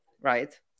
right